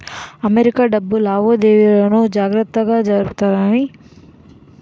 America డబ్బు లావాదేవీలన్నీ జాగ్రత్తగా జరుగుతాయని విన్నాను కదా నిజమే